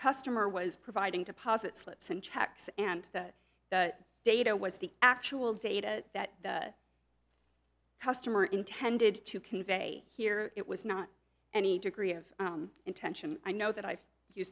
customer was providing deposit slips and checks and that data was the actual data that customer intended to convey here it was not any degree of intention i know that i've